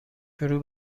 شروع